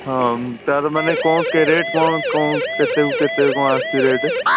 ହଁ ତା'ର ମାନେ କ'ଣ କେ ରେଟ୍ କ'ଣ କ କେତେକୁ କେତେ କ'ଣ ଆସୁଛି ରେଟ୍